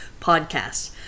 podcast